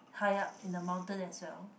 high up in the mountain as well